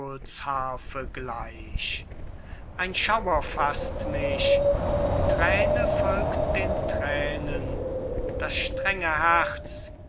ein schauer faßt mich thräne folgt den thränen das strenge herz